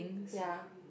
ya